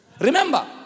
Remember